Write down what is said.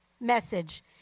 message